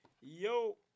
Yo